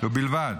ובלבד